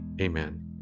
Amen